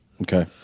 Okay